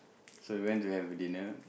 so we went to have a dinner